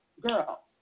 girl